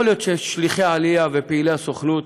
יכול להיות ששליחי העלייה ופעילי הסוכנות